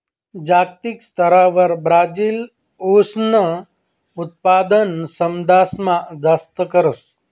जागतिक स्तरवर ब्राजील ऊसनं उत्पादन समदासमा जास्त करस